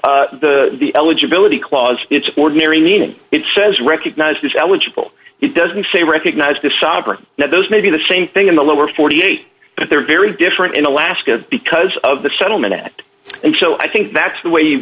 give the eligibility clause its ordinary meaning it says recognize this eligible it doesn't say recognize the sovereign now those may be the same thing in the lower forty eight but they're very different in alaska because of the settlement and so i think that's the way you